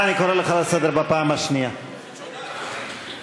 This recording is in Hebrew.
אני לא בדקתי אם יש שידור ישיר או